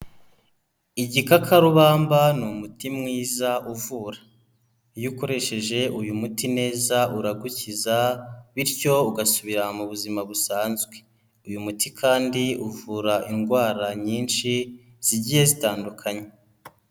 Igikakarubamba ni umuti mwiza uvura, iyo ukoresheje uyu muti neza uragukiza bityo ugasubira mu buzima busanzwe, uyu muti kandi uvura indwara nyinshi zigiye zitandukanye.